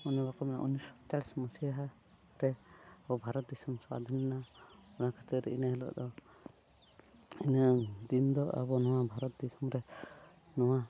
ᱚᱱᱮ ᱵᱟᱠᱚ ᱢᱮᱱᱟ ᱨᱮ ᱟᱵᱚ ᱟᱵᱚ ᱵᱷᱟᱨᱚᱛ ᱫᱤᱥᱚᱢ ᱥᱟᱹᱫᱷᱤᱱ ᱮᱱᱟ ᱚᱱᱟ ᱠᱷᱟᱹᱛᱤᱨ ᱤᱱᱟᱹ ᱦᱤᱞᱚᱜ ᱫᱚ ᱤᱱᱟᱹ ᱫᱤᱱ ᱫᱚ ᱟᱵᱚ ᱱᱚᱣᱟ ᱵᱷᱟᱨᱚᱛ ᱫᱤᱥᱚᱢ ᱨᱮ ᱱᱚᱣᱟ